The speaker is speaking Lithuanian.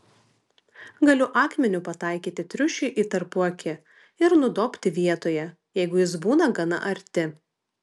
galiu akmeniu pataikyti triušiui į tarpuakį ir nudobti vietoje jeigu jis būna gana arti